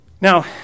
Now